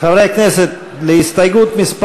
חברי הכנסת, להסתייגות מס'